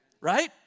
right